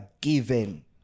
given